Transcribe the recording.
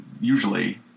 usually